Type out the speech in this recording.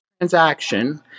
transaction